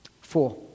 Four